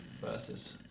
versus